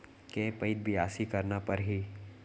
के पइत बियासी करना परहि?